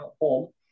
home